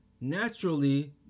naturally